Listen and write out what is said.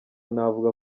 navuga